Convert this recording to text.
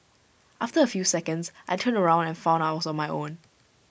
after A few seconds I turned around and found I was on my own